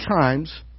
times